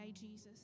Jesus